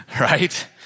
Right